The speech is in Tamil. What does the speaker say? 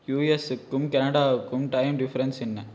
யூஎஸ்ஸுக்கும் கனடாவுக்கும் டைம் டிஃப்ரென்ஸ் என்ன